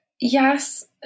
yes